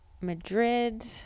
Madrid